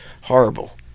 horrible